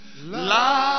love